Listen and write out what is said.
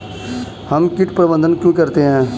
हम कीट प्रबंधन क्यों करते हैं?